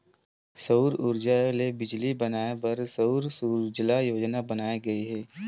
सउर उरजा ले बिजली बनाए बर सउर सूजला योजना लाए गे हे